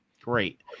Great